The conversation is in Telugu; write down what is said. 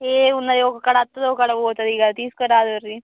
ఏమున్నది ఒక కాడ వస్తుంది ఒక కాడ పోతది ఇక తీసుకోరాదండి